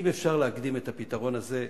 אם אפשר להקדים את הפתרון הזה,